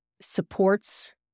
supports